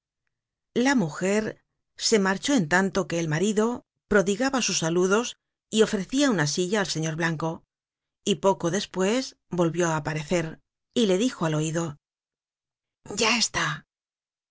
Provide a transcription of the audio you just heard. la mujer se marchó en tanto que el marido prodigaba sus saludos y ofrecia una silla al señor blanco y poco despues volvió á parecer y le dijo al oido ya está